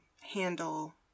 handle